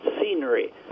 scenery